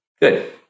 good